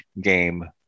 game